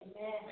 Amen